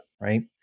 right